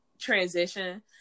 transition